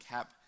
Cap